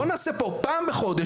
בואו נעשה פה דיון על זה פעם בחודש.